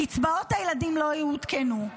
קצבאות הילדים לא יעודכנו.